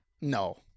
No